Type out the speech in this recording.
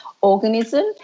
organism